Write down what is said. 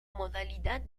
modalidad